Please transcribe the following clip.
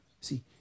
See